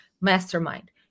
mastermind